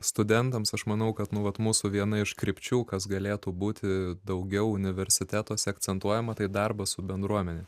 studentams aš manau kad nu vat mūsų viena iš krypčių kas galėtų būti daugiau universitetuose akcentuojama tai darbas su bendruomene